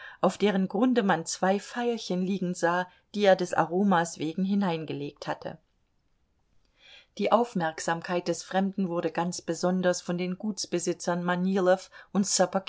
auf deren grunde man zwei veilchen liegen sah die er des aromas wegen hineingelegt hatte die aufmerksamkeit des fremden wurde ganz besonders von den gutsbesitzern manilow und